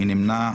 מי נמנע?